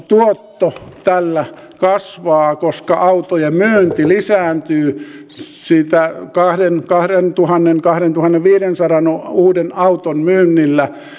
tuotto kasvaa tällä koska autojen myynti lisääntyy siitä kahdentuhannen viiva kahdentuhannenviidensadan uuden auton myynnillä